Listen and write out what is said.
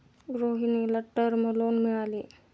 रोहिणीला term loan मिळाले